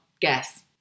guess